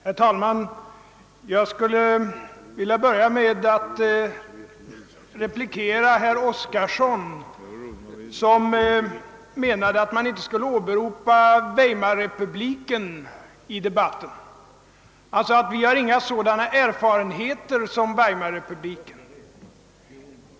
Herr talman! Jag skulle vilja börja med att replikera herr Oskarson, som menade att man i denna debatt inte borde åberopa Weimarrepubliken. Han ansåg att vi inte har samma erfarenheter som den.